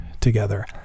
together